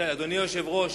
אדוני היושב-ראש,